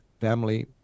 family